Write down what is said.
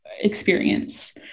experience